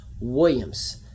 Williams